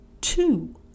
two